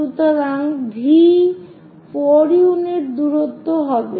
সুতরাং V 4 unit দূরত্ব হবে